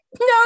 no